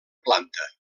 planta